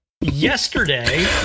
yesterday